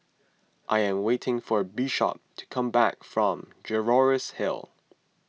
I am waiting for Bishop to come back from Jervois Hill